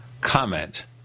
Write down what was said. comment